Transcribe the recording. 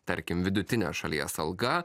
tarkim vidutinė šalies alga